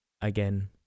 again